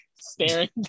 staring